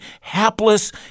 hapless